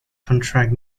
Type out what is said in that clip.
contract